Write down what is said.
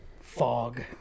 fog